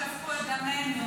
הם שפכו את דמנו.